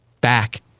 back